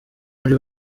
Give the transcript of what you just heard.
muri